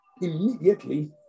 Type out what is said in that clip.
immediately